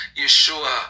Yeshua